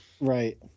Right